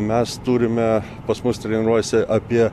mes turime pas mus treniruojasi apie